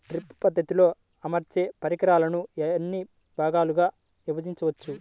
Drip పద్ధతిలో అమర్చే పరికరాలను ఎన్ని భాగాలుగా విభజించవచ్చు?